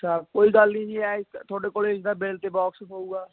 ਅੱਛਾ ਕੋਈ ਗੱਲ ਨਹੀਂ ਜੀ ਤੁਹਾਡੇ ਕੋਲ ਇਸ ਦਾ ਬਿੱਲ ਅਤੇ ਬੋਕਸ ਹੋਊਗਾ